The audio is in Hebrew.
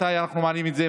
מתי אנחנו מעלים את זה?